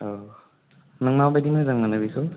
औ नों माबायदि मोजां मोनो बेखौ